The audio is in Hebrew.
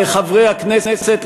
לחברי הכנסת,